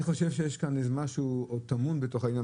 אני חושב שמשהו טמון בזה.